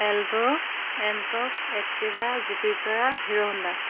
Alto Ntorq Activa Jupiter Hero Honda